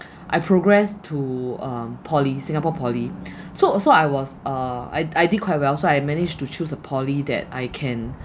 I progressed to um poly singapore poly so so I was uh I I did quite well so I managed to choose a poly that I can